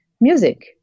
music